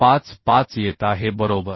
55 येत आहे बरोबर